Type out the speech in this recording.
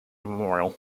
memorial